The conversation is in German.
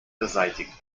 beseitigt